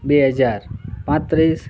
બે હજાર પાંત્રીસ